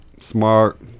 smart